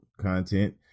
content